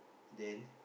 then